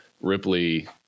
Ripley